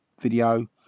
video